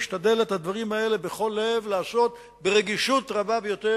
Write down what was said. מנכ"ל המשרד משתדל בכל לב לעשות את הדברים האלה